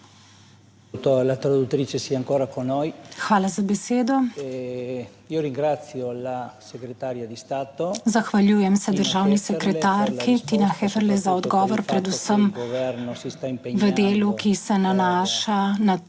Hvala za besedo. Zahvaljujem se državni sekretarki Tina Heferle za odgovor. Predvsem v delu, ki se nanaša na trud,